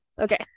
Okay